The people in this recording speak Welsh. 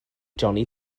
johnny